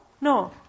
No